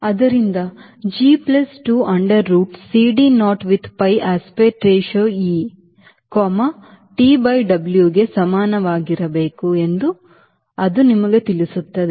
ಆದ್ದರಿಂದ G plus 2 under root CD naught with pi aspect ratio eT by W ಗೆ ಸಮನಾಗಿರಬೇಕು ಎಂದು ಅದು ನಿಮಗೆ ತಿಳಿಸುತ್ತದೆ